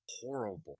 horrible